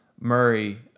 Murray